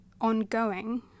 ongoing